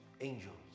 angels